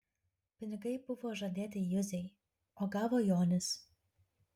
pinigai buvo žadėti juzei o gavo jonis